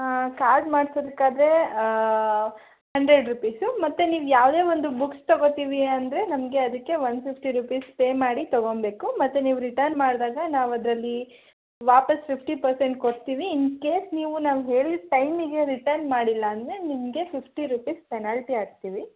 ಹಾಂ ಕಾರ್ಡ್ ಮಾಡ್ಸೋದಕ್ಕಾದ್ರೆ hundred rupees ಮತ್ತು ನೀವು ಯಾವುದೇ ಒಂದು ಬುಕ್ಸ್ ತಗೊಳ್ತೀವಿ ಅಂದರೆ ನಮಗೆ ಅದಕ್ಕೆ ಒನ್ ಫಿಫ್ಟಿ ರೂಪೀಸ್ ಪೇ ಮಾಡಿ ತಗೊಳ್ಬೇಕು ಮತ್ತು ನೀವು ರಿಟರ್ನ್ ಮಾಡಿದಾಗ ನಾವು ಅದರಲ್ಲಿ ವಾಪಸ್ಸು ಫಿಫ್ಟಿ ಪರ್ಸೆಂಟ್ ಕೊಡ್ತೀವಿ ಇನ್ ಕೇಸ್ ನಾವು ಹೇಳಿದ ಟೈಮಿಗೆ ರಿಟರ್ನ್ ಮಾಡಿಲ್ಲ ಅಂದರೆ ನಿಮಗೆ ಫಿಫ್ಟಿ ರೂಪೀಸ್ ಪೆನಾಲ್ಟಿ ಹಾಕ್ತೀವಿ